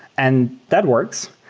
and that works,